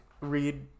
read